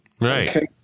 right